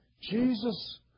Jesus